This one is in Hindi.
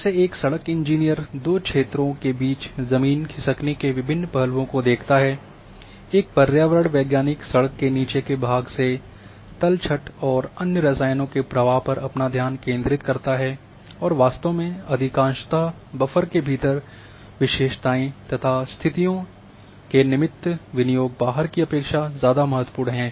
जैसे एक सड़क इंजीनियर दो क्षेत्रों के बीच जमीन खिसकने के विभिन्न पहलुओं को देखता है एक पर्यावरण वैज्ञानिक सड़क के नीचे के भाग से तलछट और अन्य रसायनों के प्रवाह पर अपना ध्यान केंद्रित करता है और वास्तव में अधिकांश बफर के भीतर विशेषताएं तथा स्थितियों के निमित्त विनियोग बाहर की अपेक्षा ज़्यादा महत्वपूर्ण है